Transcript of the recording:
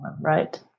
right